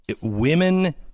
Women